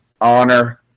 honor